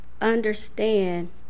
understand